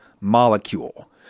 molecule